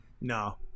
no